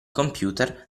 computer